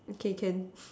okay can